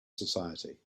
society